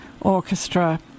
orchestra